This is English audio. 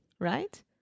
right